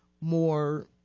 more